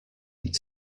eat